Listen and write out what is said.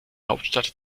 hauptstadt